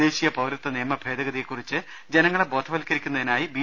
ദേശീയ പൌരത്വ നിയമ ഭേദഗതിയെക്കുറിച്ച് ജനങ്ങളെ ബോധവത്ക്കരിക്കു ന്നതിനായി ബി